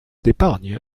d’épargne